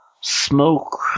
smoke